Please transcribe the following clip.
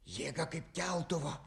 jėga kaip keltuvo